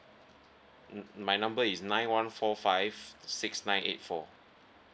mm my number is nine one four five six nine eight four